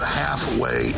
halfway